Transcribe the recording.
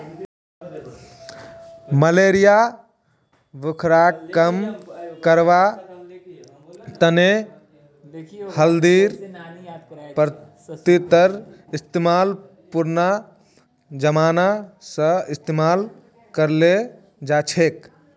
malaria बुखारक कम करवार तने हल्दीर पत्तार इस्तेमाल पुरना जमाना स इस्तेमाल कराल जाछेक